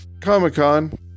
Comic-Con